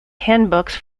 handbooks